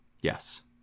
Yes